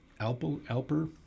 Alper